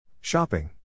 Shopping